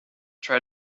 try